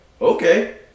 okay